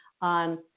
on